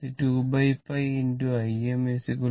ഇത് 2 𝝿 Im 0